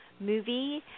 movie